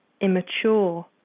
immature